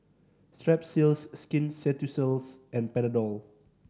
Strepsils Skin Ceuticals and Panadol